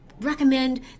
recommend